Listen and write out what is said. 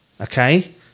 okay